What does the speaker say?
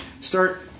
start